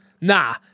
Nah